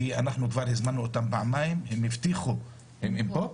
כבר הזמנו אותם פעמיים והם הבטיחו שהם יבואו.